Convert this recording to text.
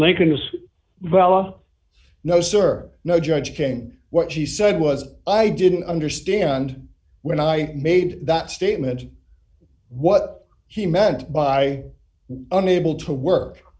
lakers wella no service no judge came what she said was i didn't understand when i made that statement what he meant by unable to work